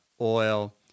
oil